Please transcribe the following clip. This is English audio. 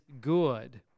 good